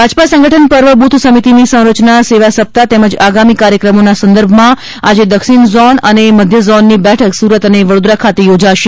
ભાજપા સંગઠન પર્વ બુથ સમિતિની સંરચના સેવાસપ્તાહ તેમજ આગામી કાર્યક્રમોના સંદર્ભમાં આજે દક્ષિણ ઝોન અને મધ્યઝોનની બેઠક સુરત અને વડોદરા ખાતે યોજાશે